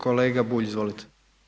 Kolega Bulj, izvolite.